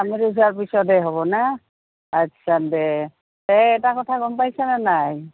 আমতি চুৱাৰ পিছতে হ'ব না আচ্ছা দেই তে এটা কথা গ'ম পাইছা নে নাই